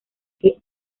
que